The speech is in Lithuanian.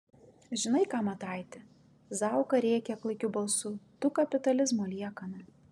žinai ką mataiti zauka rėkia klaikiu balsu tu kapitalizmo liekana